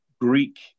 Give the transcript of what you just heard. Greek